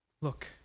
look